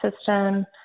system